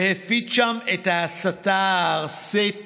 והפיץ שם את ההסתה הארסית